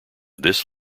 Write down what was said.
this